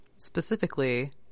Specifically